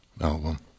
album